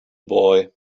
boy